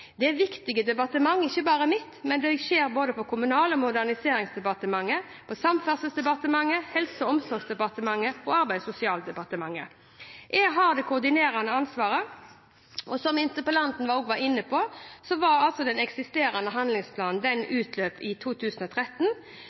Det er viktige departement – ikke bare mitt – men det skjer i både Kommunal- og moderniseringsdepartementet, Samferdselsdepartementet, Helse- og omsorgsdepartementet og Arbeids- og sosialdepartementet. Jeg har det koordinerende ansvaret. Som interpellanten var inne på, utløp den eksisterende handlingsplanen i 2013,